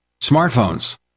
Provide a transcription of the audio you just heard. smartphones